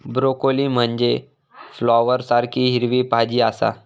broccoli म्हनजे फ्लॉवरसारखी हिरवी भाजी आसा